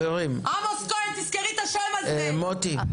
עמוס כהן תזכרי את השם הזה -- חברים,